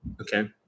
okay